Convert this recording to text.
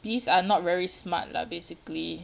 bees are not very smart lah basically